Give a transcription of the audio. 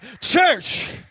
church